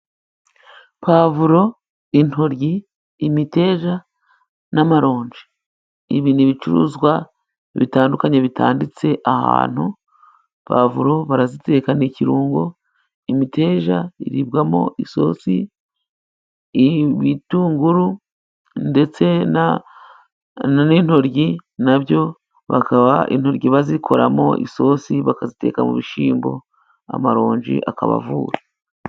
Puwavuro, intoryi, imiteja, n'amaronji ibi ni ibicuruzwa bitandukanye bitanditse ahantu. Puwavuro baraziteka ni ikirungo, imiteja iribwamo isosi, ibitunguru ndetse n'intoryi na byo bakaba intoryi bazikoramo isosi bakaziteka mu bishyimbo, amaronji akabavura.